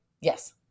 Yes